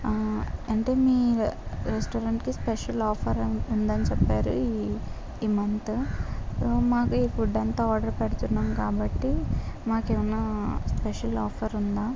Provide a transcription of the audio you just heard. అంటే మీ రెస్టారెంట్కి స్పెషల్ ఆఫర్ ఉందని చెప్పారు ఈ మంత్ సో మాకు ఈ ఫుడ్ అంతా ఆర్డర్ పెడుతున్నాం కాబట్టి మాకు ఏమైనా స్పెషల్ ఆఫర్ ఉందా